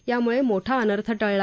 यामुळे मोठा अनर्थ टळला